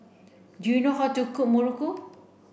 do you know how to cook Muruku